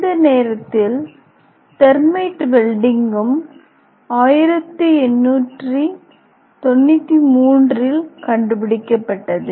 இந்த நேரத்தில் தெர்மைட் வெல்டிங்கும் 1893 இல் கண்டுபிடிக்கப்பட்டது